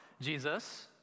Jesus